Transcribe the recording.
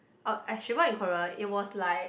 oh she brought in Korea it was like